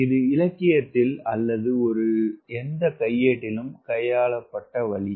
இது இலக்கியத்தில் அல்லது எந்த கையேட்டிலும் கையாளப்பட்ட வழி